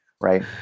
Right